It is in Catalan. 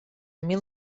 mil